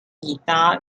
guitar